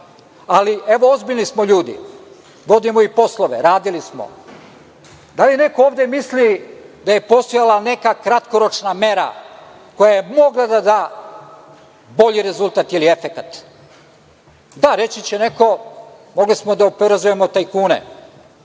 ali, evo, ozbiljni smo ljudi, vodimo i poslove, radili smo, da li neko ovde misli da je postojala neka kratkoročna mera koja je mogla da da bolji rezultat ili efekat? Da, reći će neko – mogli smo da oporezujemo tajkune.